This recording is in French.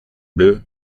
bleu